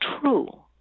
true